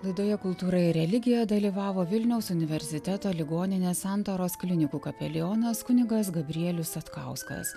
laidoje kultūra ir religija dalyvavo vilniaus universiteto ligoninės santaros klinikų kapelionas kunigas gabrielius satkauskas